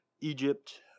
Egypt